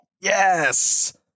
Yes